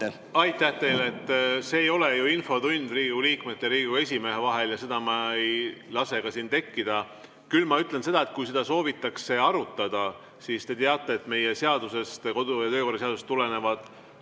Aitäh teile! Praegu ei ole ju infotund Riigikogu liikmete ja Riigikogu esimehe vahel ja seda ma ei lase siin tekkida. Küll ma ütlen seda, et kui seda soovitakse arutada, siis te teate, et meie seadusest, kodu- ja töökorra seadusest tulenevad